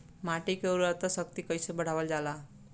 माटी के उर्वता शक्ति कइसे बढ़ावल जाला?